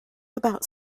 about